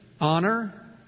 honor